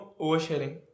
oversharing